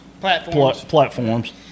platforms